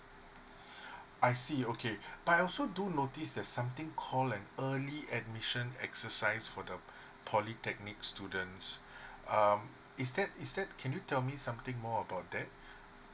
I see okay but I also do notice that there's something call an early admission exercise for the polytechnic students um is that is that can you tell me something more about that